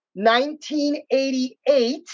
1988